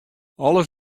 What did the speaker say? alles